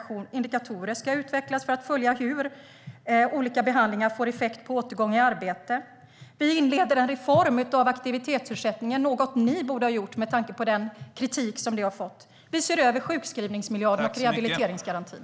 Indikatorer ska utvecklas för att följa hur olika behandlingar får effekt på återgång i arbete. Vi inleder en reform av aktivitetsersättningen, något ni borde ha gjort med tanke på den kritik den har fått. Vi ser över sjukskrivningsmiljarderna och rehabiliteringsgarantin.